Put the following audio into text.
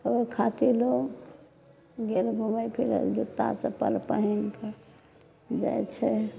ओहि खातिर लोग गेल घूमल फिरल जूत्ता चप्पल पहिनके जाइत छै